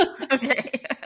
Okay